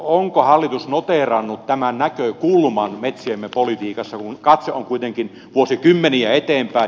onko hallitus noteerannut tämän näkökulman metsiemme politiikassa kun katse on kuitenkin vuosikymmeniä eteenpäin